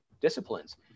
disciplines